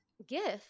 Gift